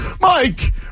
Mike